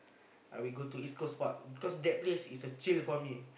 I'll go to East-Coast-Park because that place is a chill for me